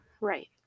right